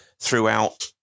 throughout